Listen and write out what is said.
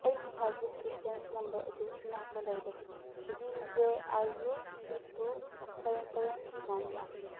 ꯑꯩꯒꯤ service reference number ꯑꯗꯨ ꯏꯅꯥꯛꯇ ꯂꯩꯔꯦ D J I U two two seven seven nine one